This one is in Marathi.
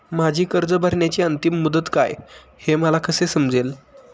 माझी कर्ज भरण्याची अंतिम मुदत काय, हे मला कसे समजेल?